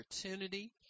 opportunity